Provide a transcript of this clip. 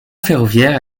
ferroviaire